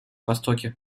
востоке